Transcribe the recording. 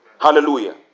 Hallelujah